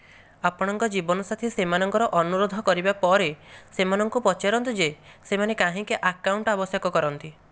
ଆପଣଙ୍କ ଜୀବନସାଥୀ ସେମାନଙ୍କର ଅନୁରୋଧ କରିବା ପରେ ସେମାନଙ୍କୁ ପଚାରନ୍ତୁ ଯେ ସେମାନେ କାହିଁକି ଆକାଉଣ୍ଟ ଆବଶ୍ୟକ କରନ୍ତି